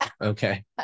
Okay